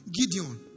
Gideon